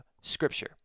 Scripture